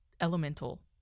elemental